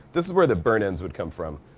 this is where the burn-ends would come from.